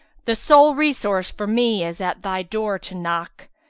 the sole resource for me is at thy door to knock,